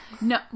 No